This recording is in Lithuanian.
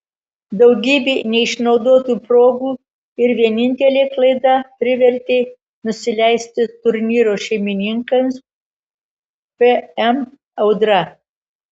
daugybė neišnaudotų progų ir vienintelė klaida privertė nusileisti turnyro šeimininkams fm audra